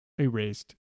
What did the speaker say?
erased